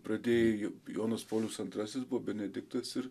pradėjai jonas paulius antrasis buvo benediktas ir